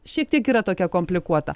šiek tiek yra tokia komplikuota